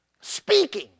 speaking